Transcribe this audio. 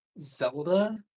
Zelda